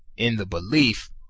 in the belief